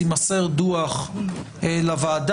יימסר דוח לוועדה,